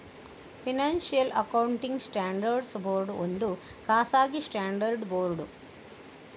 financial accounting standards board ಒಂದು ಖಾಸಗಿ standard board